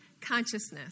consciousness